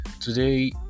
Today